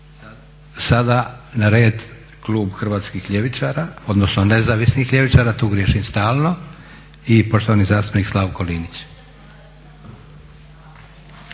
Sada na red klub Hrvatskih ljevičara, odnosno nezavisnih ljevičara, tu griješim stalno i poštovani zastupnik Slavko Linić.